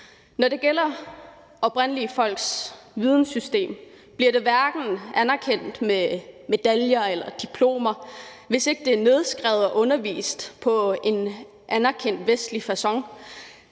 Når det gælder oprindelige folks vidensystem, bliver det hverken anerkendt med medaljer eller diplomer, hvis ikke det er nedskrevet og undervist i på en anerkendt vestlig facon,